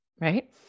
right